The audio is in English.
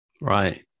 Right